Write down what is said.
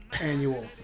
Annual